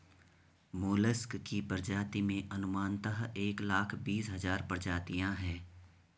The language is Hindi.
मोलस्क की प्रजातियों में अनुमानतः एक लाख बीस हज़ार प्रजातियां है